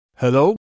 Hello